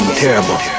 terrible